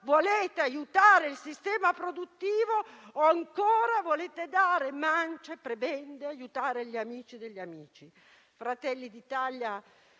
volete aiutare il sistema produttivo o volete ancora dare mance, prebende e aiutare gli amici degli amici. Fratelli d'Italia